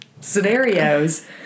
scenarios